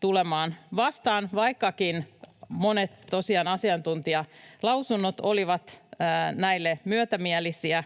tulemaan vastaan, vaikkakin tosiaan monet asiantuntijalausunnot olivat näille myötämielisiä.